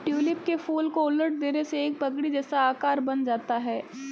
tulip के फूल को उलट देने से एक पगड़ी जैसा आकार बन जाता है